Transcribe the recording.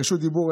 רשות דיבור,